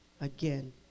again